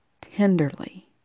tenderly